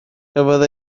cafodd